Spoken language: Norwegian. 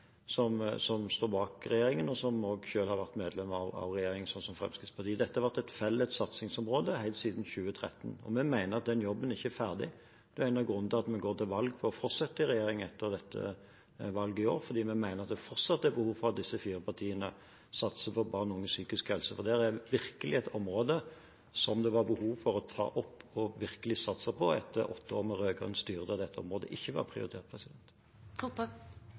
som står bak regjeringen, og som også selv har vært medlem av regjeringen, slik som Fremskrittspartiet. Dette har vært et felles satsingsområde helt siden 2013, og vi mener at den jobben ikke er ferdig. Det er en av grunnene til at vi går til valg på å fortsette i regjering etter dette valget i år, fordi vi mener at det fortsatt er behov for at disse fire partiene satser på barn og unges psykiske helse, for det er virkelig et område som det var behov for å ta opp og virkelig satse på etter åtte år med rød-grønt styre, der dette området ikke var prioritert.